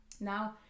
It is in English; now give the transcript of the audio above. now